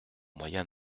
moyen